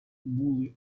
були